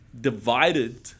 divided